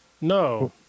No